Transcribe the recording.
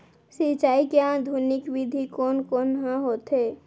सिंचाई के आधुनिक विधि कोन कोन ह होथे?